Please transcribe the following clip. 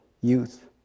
youth